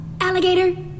Alligator